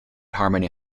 harmony